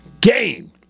game